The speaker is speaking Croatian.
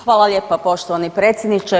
Hvala lijepa poštovani predsjedniče.